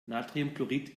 natriumchlorid